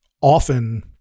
often